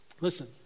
Listen